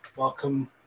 Welcome